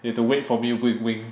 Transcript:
you have to wait for me wink wink